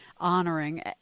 honoring